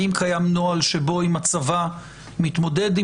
האם קיים נוהל שבו אם הצבא מתמודד עם